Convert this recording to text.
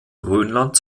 grönland